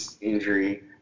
injury